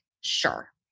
sure